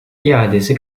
iadesi